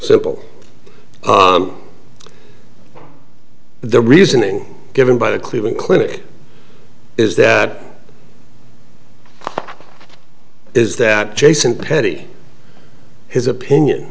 simple the reasoning given by the cleveland clinic is that is that jason petit his opinion